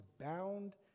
bound